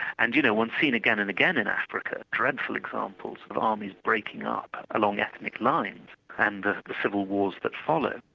and, you know, one's seen again and again in africa, dreadful examples of armies breaking up along ethnic lines and the civil wars that follow.